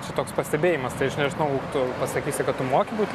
čia toks pastebėjimas tai aš nežinau tu pasakysi kad tu moki būt